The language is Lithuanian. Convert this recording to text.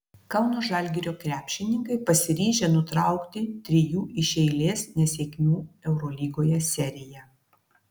kauno žalgirio krepšininkai pasiryžę nutraukti trijų iš eilės nesėkmių eurolygoje seriją